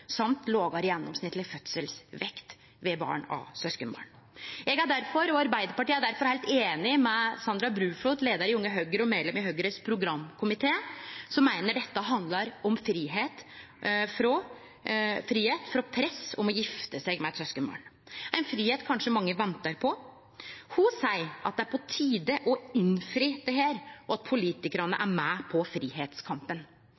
samt lågare gjennomsnittleg fødselsvekst ved barn av søskenbarn. Eg og Arbeidarpartiet er difor heilt einige med Sandra Bruflot, nyleg avgått leiar i Unge Høgre og medlem i Høgres programkomité, som meiner at dette handlar om fridom frå press om å gifte seg med eit søskenbarn, ein fridom kanskje mange ventar på. Ho seier at det er på tide å innfri dette, og på tide at politikarane